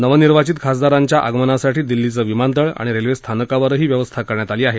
नवनिर्वाचित खासदारांच्या आगमनासाठी दिल्लीचं विमानतळ आणि रेल्वे स्थानकावरही व्यवस्था करण्यात आली आहे